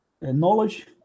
knowledge